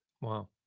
Wow